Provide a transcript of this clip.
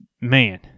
man